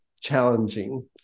challenging